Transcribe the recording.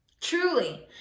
Truly